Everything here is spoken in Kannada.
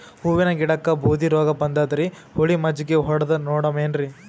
ಹೂವಿನ ಗಿಡಕ್ಕ ಬೂದಿ ರೋಗಬಂದದರಿ, ಹುಳಿ ಮಜ್ಜಗಿ ಹೊಡದು ನೋಡಮ ಏನ್ರೀ?